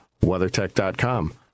WeatherTech.com